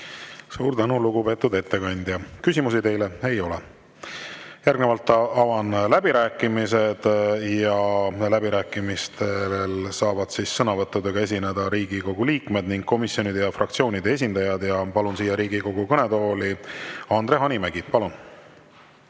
Suur tänu, lugupeetud ettekandja! Küsimusi teile ei ole. Järgnevalt avan läbirääkimised. Läbirääkimistel saavad sõnavõttudega esineda Riigikogu liikmed ning komisjonide ja fraktsioonide esindajad. Palun siia Riigikogu kõnetooli Andre Hanimäe. Palun!